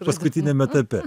paskutiniam etape